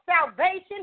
salvation